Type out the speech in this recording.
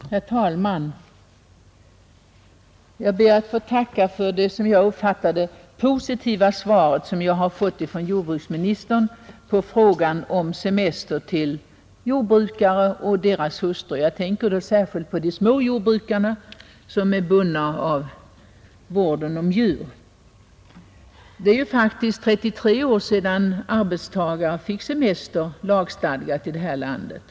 Herr talman! Jag ber att få tacka för det, såsom jag uppfattade det, positiva svar jag fick av jordbruksministern på min fråga om semester till jordbrukare och deras hustrur. Jag tänker då särskilt på småjordbrukare som är bundna av vården av djur. Det är ju faktiskt 33 år sedan arbetstagare fick lagstadgad rätt till semester i det här landet.